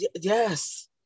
yes